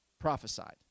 prophesied